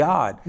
God